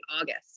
August